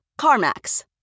CarMax